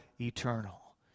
eternal